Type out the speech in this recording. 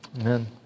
Amen